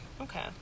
okay